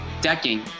decking